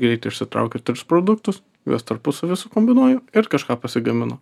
greit išsitraukiu tris produktus juos tarpusavy sukombinuoju ir kažką pasigaminu